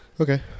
Okay